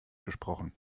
gesprochen